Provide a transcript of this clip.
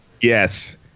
Yes